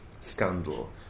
scandal